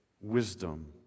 wisdom